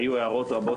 היו הערות רבות,